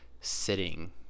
sitting